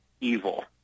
evil